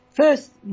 First